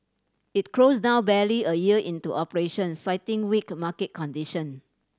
it closed down barely a year into operation citing weak market condition